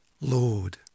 Lord